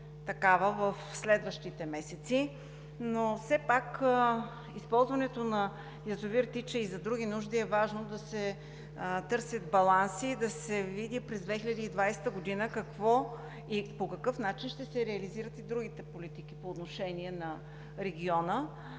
в следващите месеци, но все пак при използването на язовир „Тича“ и за други нужди е важно да се търсят баланси и да се види през 2020 г. по какъв начин ще се реализират и другите политики по отношение на региона.